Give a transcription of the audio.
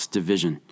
Division